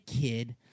kid